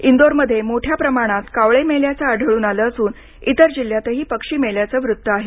इंदोरमध्ये मोठ्या प्रमाणात कावळे मेल्याचं आढळून आलं असून इतर जिल्ह्यातही पक्षी मेल्याचं वृत्त आहे